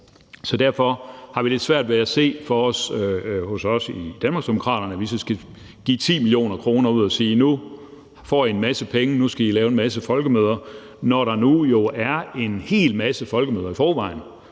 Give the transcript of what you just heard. lidt svært ved at se for os, at vi skal give 10 mio. kr. ud og sige, at nu får man en masse penge, så nu skal der laves en masse folkemøder, når der nu er en hel masse folkemøder i forvejen.